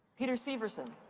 peter severson.